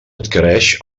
adquireix